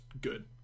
good